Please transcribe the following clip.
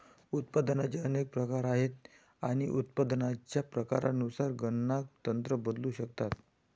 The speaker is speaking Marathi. उत्पादनाचे अनेक प्रकार आहेत आणि उत्पादनाच्या प्रकारानुसार गणना तंत्र बदलू शकतात